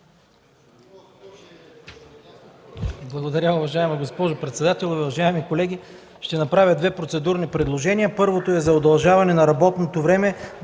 Благодаря. Уважаема госпожо председател, уважаеми колеги! Ще направя две процедурни предложения. Първото предложение е за удължаване на работното време